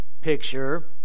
picture